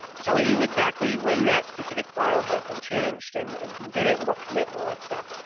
tell you exactly when that specific file has been changed and and who did it and what commit and all that stuff.